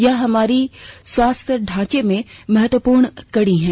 यह हमारी स्वास्थ्य ढांचे में महत्वपूर्ण कड़ी हैं